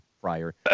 Fryer